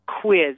Quiz